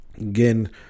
again